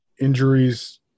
injuries